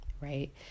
right